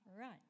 Right